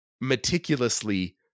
meticulously